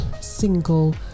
single